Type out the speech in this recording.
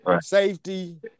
Safety